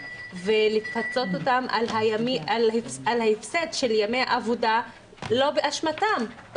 ולפצות אותם על ההפסד של ימי עבודה שלא באשמתם אלא